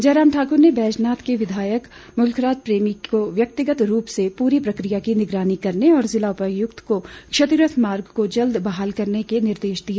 जयराम ठाकुर ने बैजनाथ के विधायक मुलखराज प्रेमी को व्यक्तिगत रूप से पूरी प्रकिया की निगरानी करने और जिला उपायुक्त को क्षतिग्रस्त मार्ग को जल्द बहाल करवाने के निर्देश दिए